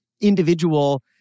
individual